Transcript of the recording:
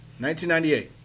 1998